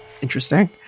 Interesting